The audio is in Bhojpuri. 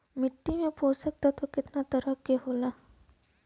मिट्टी में पोषक तत्व कितना तरह के होला?